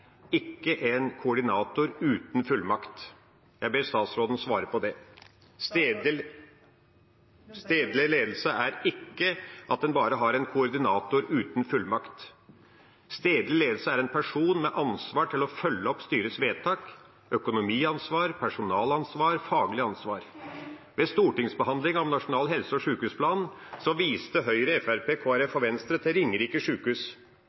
ikke at en bare har en koordinator uten fullmakt. Stedlig ledelse er en person med ansvar for å følge opp styrets vedtak, økonomiansvar, personalansvar og faglig ansvar. Ved stortingsbehandlingen av Nasjonal helse- og sykehusplan viste Høyre, Fremskrittspartiet, Kristelig Folkeparti og Venstre til Ringerike